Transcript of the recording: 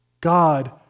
God